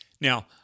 Now